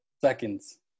Seconds